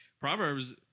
Proverbs